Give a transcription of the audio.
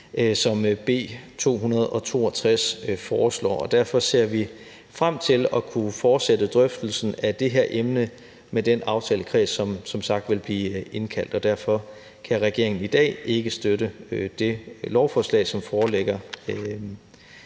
som B 262 foreslår, og derfor ser vi frem til at kunne fortsætte drøftelsen af det her emne med den aftalekreds, der som sagt vil blive indkaldt, og derfor kan regeringen i dag ikke støtte det beslutningsforslag, som foreligger